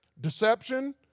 deception